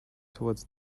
towards